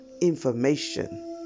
information